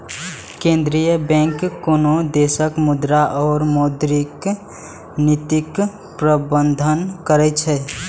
केंद्रीय बैंक कोनो देशक मुद्रा और मौद्रिक नीतिक प्रबंधन करै छै